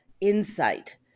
insight